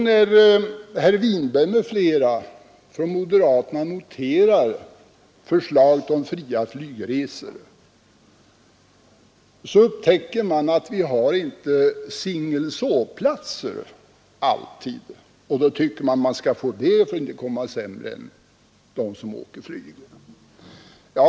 När herr Winberg m.fl. från moderata samlingspartiet noterar förslaget om fria flygresor upptäcker de att vi inte alltid har singel sovplatser och tycker att vi skall ha det för att inte komma sämre till än de som åker flyg.